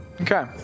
Okay